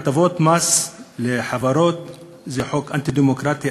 הטבות מס לחברות זה חוק אנטי-דמוקרטי,